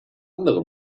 andere